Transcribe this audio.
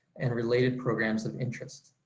and related programs of interest.